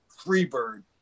Freebird